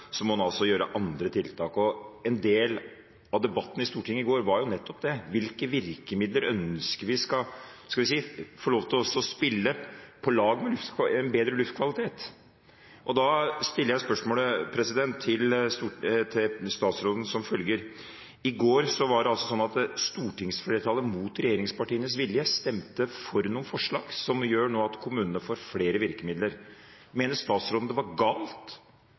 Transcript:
så må en altså gjøre andre tiltak. Og en del av debatten i Stortinget i går var jo nettopp det: Hvilke virkemidler ønsker vi skal – skal vi si – få lov til å spille på lag med bedre luftkvalitet? Og da stiller jeg følgende spørsmål til statsråden: I går var det altså slik at stortingsflertallet, mot regjeringspartienes vilje, stemte for noen forslag som gjør at kommunene nå får flere virkemidler. Mener statsråden det var galt